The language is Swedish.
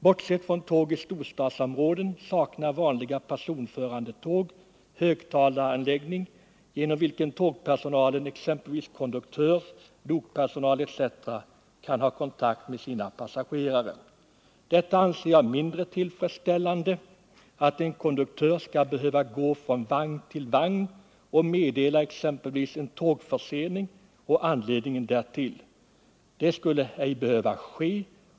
Bortsett från tåg i storstadsområden saknar vanliga personförande tåg högtalaranläggning, genom vilken tågpersonalen, exempelvis konduktör, lokpersonal etc., kan få kontakt med sina passagerare. Jag anser det vara mindre tillfredsställande att en konduktör skall behöva gå från vagn till vagn för att meddela exempelvis en tågförsening och anledningen därtill. Det borde ej behöva ske på det sättet.